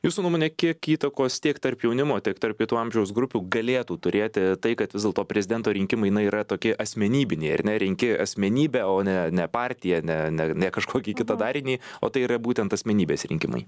jūsų nuomone kiek įtakos tiek tarp jaunimo tiek tarp kitų amžiaus grupių galėtų turėti tai kad vis dėlto prezidento rinkimai na yra tokie asmenybiniai ar ne renki asmenybę o ne ne partiją ne ne ne kažkokį kitą darinį o tai yra būtent asmenybės rinkimai